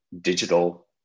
digital